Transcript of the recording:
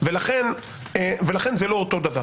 לכן זה לא אותו דבר.